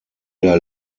der